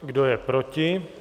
Kdo je proti?